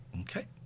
Okay